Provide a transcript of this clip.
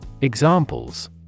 Examples